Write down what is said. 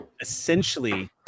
Essentially